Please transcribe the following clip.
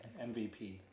MVP